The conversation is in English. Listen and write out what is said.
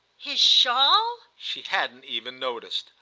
his shawl? she hadn't even noticed.